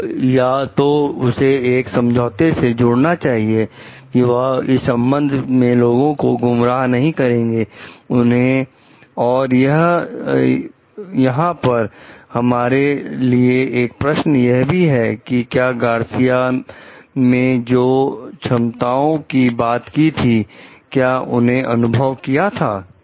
तो या तो उसे एक समझौते से जुड़ना चाहिए कि वह इस संबंध में लोगों को गुमराह नहीं करेंगे उन्हें और यहां पर हमारे लिए एक प्रश्न यह भी है कि क्या गार्सिया मैं जो क्षमताओं की बात की थी क्या उन्हें अनुभव किया था